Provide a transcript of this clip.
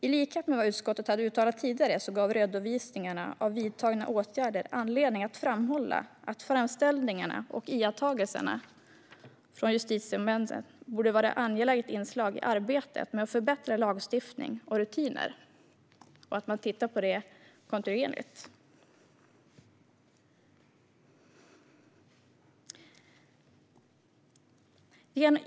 I likhet med vad utskottet hade uttalat tidigare gav redovisningarna av vidtagna åtgärder anledning att framhålla att framställningarna och iakttagelserna från justitieombudsmännen borde vara ett angeläget inslag i arbetet med att förbättra lagstiftning och rutiner och att man bör titta på detta kontinuerligt.